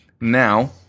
now